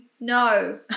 no